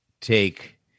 take